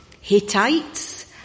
Hittites